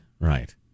Right